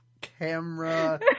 camera